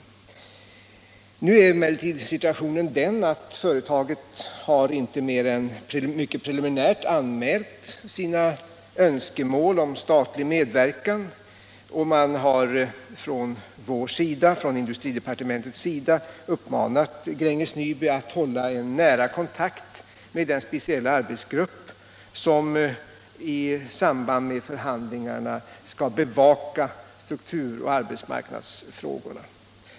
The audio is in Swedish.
Men nu är situationen den att företaget inte mer än mycket preliminärt har anmält sina önskemål om statlig medverkan. Från industridepartementets sida har vi uppmanat Gränges Nyby att hålla en nära kontakt med den speciella arbetsgrupp som i samband med förhandlingarna skall bevaka struktur och arbetsmarknadsfrågorna.